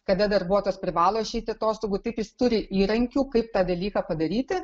kada darbuotojas privalo išeiti atostogų taip jis turi įrankių kaip tą dalyką padaryti